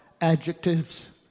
adjectives